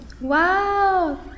wow